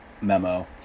memo